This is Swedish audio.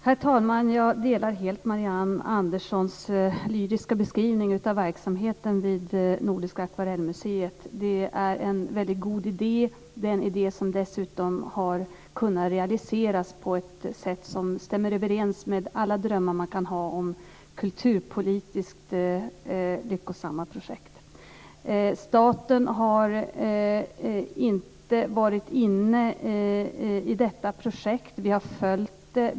Herr talman! Jag delar helt Marianne Anderssons lyriska beskrivning av verksamheten vid Nordiska Akvarellmuseet. Det är en väldigt god idé. Det är en idé som dessutom har kunnat realiseras på ett sätt som stämmer överens med alla drömmar som man kan ha om kulturpolitiskt lyckosamma projekt. Staten har inte varit inne i detta projekt. Vi har följt det.